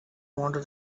wander